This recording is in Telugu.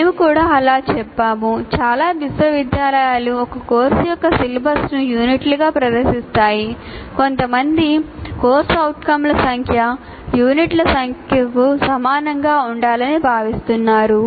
మేము కూడా అలా చెప్పాము చాలా విశ్వవిద్యాలయాలు ఒక కోర్సు యొక్క సిలబస్ను యూనిట్లుగా ప్రదర్శిస్తాయి కొంతమంది CO ల సంఖ్య యూనిట్ల సంఖ్యకు సమానంగా ఉండాలని భావిస్తున్నారు